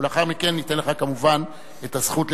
ולאחר מכן ניתן לך כמובן את הזכות לדבר.